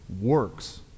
works